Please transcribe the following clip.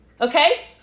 Okay